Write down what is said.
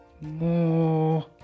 More